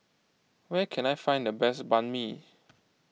where can I find the best Banh Mi